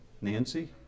Nancy